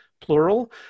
plural